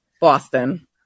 Boston